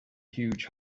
huge